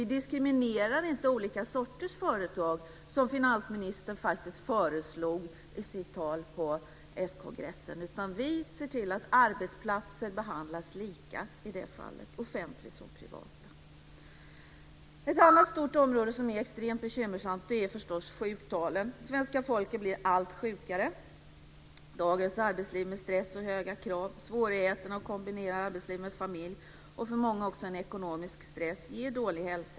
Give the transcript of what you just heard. Vi diskriminerar inte olika sorters företag, som finansministern faktiskt föreslog i sitt tal på s-kongressen. Vi ser till att arbetsplatser behandlas lika i det fallet, offentliga som privata. Ett annat stort område som är extremt bekymmersamt är förstås sjuktalen. Svenska folket blir allt sjukare. Dagens arbetsliv med stress och höga krav, svårigheterna att kombinera arbetsliv med familj, för många en ekonomisk stress, ger många dålig hälsa.